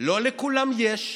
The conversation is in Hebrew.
לא לכולם יש.